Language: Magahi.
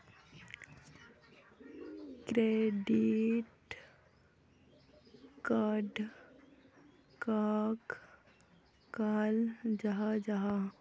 क्रेडिट कार्ड कहाक कहाल जाहा जाहा?